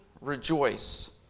Rejoice